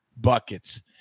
Buckets